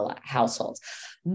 households